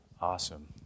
Awesome